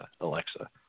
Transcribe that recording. Alexa